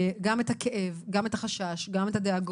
וגם את הכאב, גם את החשש, גם את הדאגות.